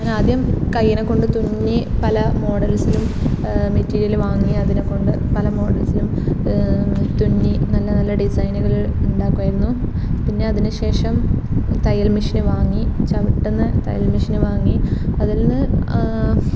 ഞാനാദ്യം കയ്യിനെ കൊണ്ട് തുന്നി പല മോഡൽസിലും മെറ്റീരിയൽ വാങ്ങി അതിനെ കൊണ്ട് പല മോഡൽസിലും തുന്നി നല്ല നല്ല ഡിസൈനുകൾ ഉണ്ടാക്കുമായിരുന്നു പിന്നെ അതിന് ശേഷം തയ്യൽ മെഷീൻ വാങ്ങി ചവിട്ടുന്ന തയ്യൽ മെഷീൻ വാങ്ങി അതിൽ നിന്ന്